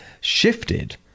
shifted